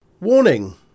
Warning